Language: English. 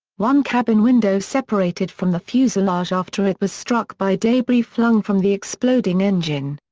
one cabin window separated from the fuselage after it was struck by debris flung from the exploding engine.